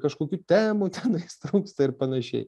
kažkokių temų tenais trūksta ir panašiai